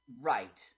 Right